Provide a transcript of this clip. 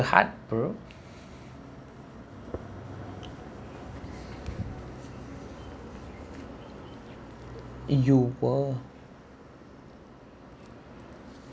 heart bro you